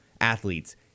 athletes